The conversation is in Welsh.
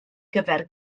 gyfer